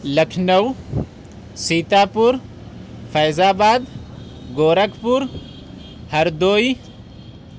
Lucknow Sitapur Faizabad Gorakhpur Hardoi